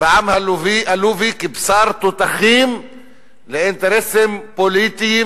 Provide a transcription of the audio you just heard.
בעם הלובי כבשר תותחים לצורך אינטרסים פוליטיים